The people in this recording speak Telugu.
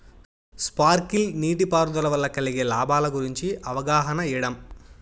స్పార్కిల్ నీటిపారుదల వల్ల కలిగే లాభాల గురించి అవగాహన ఇయ్యడం?